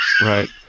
Right